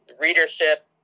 readership